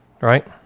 right